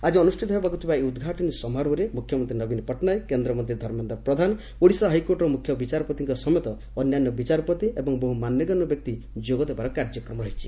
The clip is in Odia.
ଆଜି ଅନୁଷ୍ଠିତ ହେବାକୁ ଥିବା ଏହି ଉଦ୍ଘାଟନୀ ସମାରୋହରେ ମୁଖ୍ୟମନ୍ତ୍ରୀ ନବୀନ ପଟ୍ଟନାୟକ କେନ୍ଦ୍ରମନ୍ତ୍ରୀ ଧର୍ମେନ୍ଦ୍ର ପ୍ରଧାନ ଓଡିଶା ହାଇକୋର୍ଟର ମୁଖ୍ୟ ବିଚାରପତିଙ୍କ ସମେତ ଅନ୍ୟାନ୍ୟ ବିଚାରପତି ଏବଂ ବହୁ ମାନଗଣ୍ୟ ବ୍ୟକ୍ତି ଯୋଗଦେବାର କାର୍ଯ୍ୟକ୍ରମ ରହିଛି